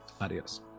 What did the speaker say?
adios